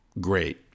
great